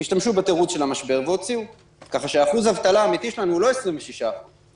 המשמעות של ההחלטה הזאת היא שברגע שנתנו את החל"ת הזה,